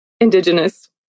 Indigenous